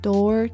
Door